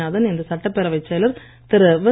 சுவாமிநாதன் இன்று சட்டப்பேரவைச் செயலர் திரு